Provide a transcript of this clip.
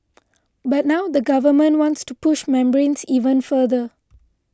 but now the Government wants to push membranes even further